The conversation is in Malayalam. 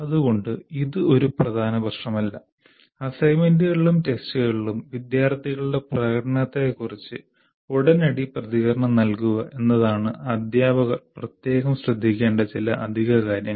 അതുകൊണ്ട് ഇത് ഒരു പ്രധാന പ്രശ്നമല്ല അസൈൻമെന്റുകളിലും ടെസ്റ്റുകളിലും വിദ്യാർത്ഥികളുടെ പ്രകടനത്തെക്കുറിച്ച് ഉടനടി പ്രതികരണം നൽകുക എന്നതാണ് അധ്യാപകർ പ്രത്യേകം ശ്രദ്ധിക്കേണ്ട ചില അധിക കാര്യങ്ങൾ